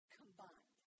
combined